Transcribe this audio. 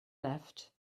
left